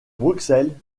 bruxelles